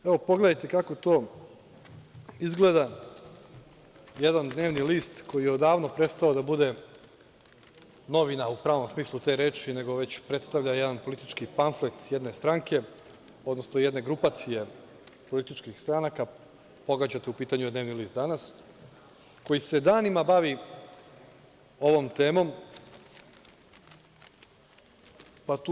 Pogledajte kako to izgleda, jedan dnevni list koji je odavno prestao da bude novina u pravom smislu te reči nego već predstavlja jedan politički pamflet jedne stranke, odnosno jedne grupacije političkih stranaka, pogađate, u pitanju je dnevni list „Danas“, koji se danima bavi ovom temom.